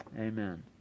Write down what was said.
amen